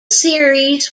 series